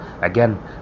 again